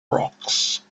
rocks